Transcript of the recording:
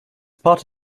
part